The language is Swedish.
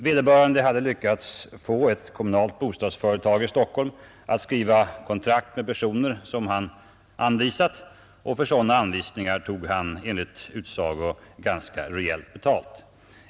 Vederbörande hade lyckats få ett kommunalt bostadsföretag i Stockholm att skriva kontrakt med personer som han anvisat, och för sådana anvisningar tog han enligt utsago ganska rejält betalt.